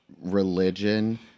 religion